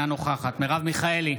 אינה נוכחת מרב מיכאלי,